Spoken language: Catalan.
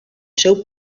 seu